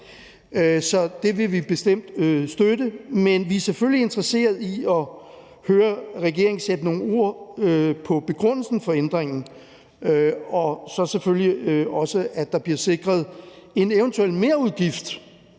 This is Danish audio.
så det vil vi bestemt støtte. Men vi er selvfølgelig interesseret i at høre regeringen sætte nogle ord på begrundelsen for ændringen og selvfølgelig også i, at der bliver sikret midler til en eventuel merudgift,